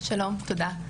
שלום ותודה.